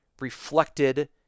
reflected